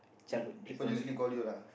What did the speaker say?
um people usually call you lah